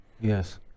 Yes